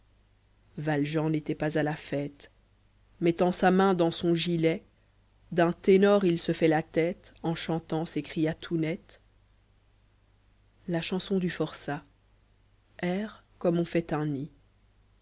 valjean n'était pas à la fétc mettant sa main dans son gilet d'un ténor il se fait la tête en chantant s'écria tout net m la chanson du forçai air comme m fait xm nid